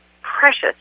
precious